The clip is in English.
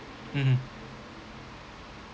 mmhmm